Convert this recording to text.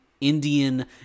Indian